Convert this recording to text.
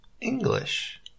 English